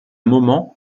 moment